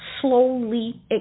slowly